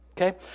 Okay